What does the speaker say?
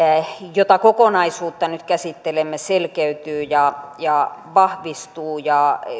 jota kokonaisuutta nyt käsittelemme selkeytyy ja vahvistuu